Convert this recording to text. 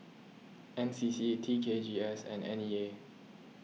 N C C T K G S and N E A